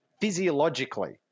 physiologically